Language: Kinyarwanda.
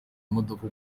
imodoka